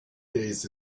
days